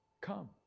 come